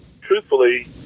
truthfully